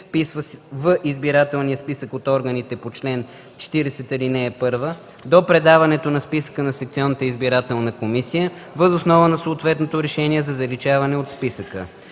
в избирателния списък от органите по чл. 40, ал. 1 до предаването на списъка на секционната избирателна комисия въз основа на съответното решение за заличаване от списъка.